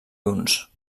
huns